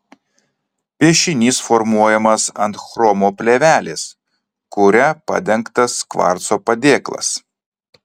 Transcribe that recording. piešinys formuojamas ant chromo plėvelės kuria padengtas kvarco padėklas